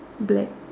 black